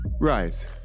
Rise